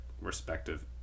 respective